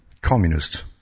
communist